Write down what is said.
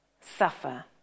suffer